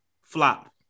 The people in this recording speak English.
flop